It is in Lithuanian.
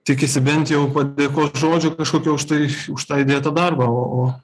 tikisi bent jau padėkos žodžio kažkokio už tai už tą įdėtą darbą o o